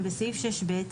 בסעיף 6(ב),